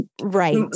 Right